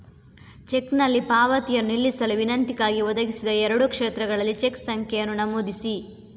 ಚೆಕ್ನಲ್ಲಿ ಪಾವತಿಯನ್ನು ನಿಲ್ಲಿಸಲು ವಿನಂತಿಗಾಗಿ, ಒದಗಿಸಿದ ಎರಡೂ ಕ್ಷೇತ್ರಗಳಲ್ಲಿ ಚೆಕ್ ಸಂಖ್ಯೆಯನ್ನು ನಮೂದಿಸಿ